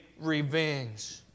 revenge